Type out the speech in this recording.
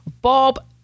Bob